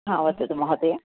हा वदतु महोदय